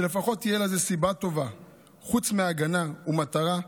שלפחות תהיה לזה סיבה טובה חוץ מהגנה, ומטרה,